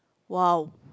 !wow!